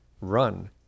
run